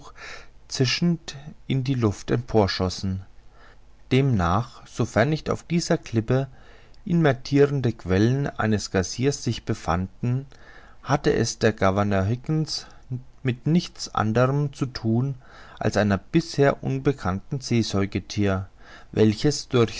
zischend in die luft emporschossen demnach sofern nicht auf dieser klippe intermittirende quellen eines geyser sich befanden hatte es der governor higginson mit nichts anderem zu thun als einem bisher unbekannten seesäugethier welches